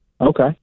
Okay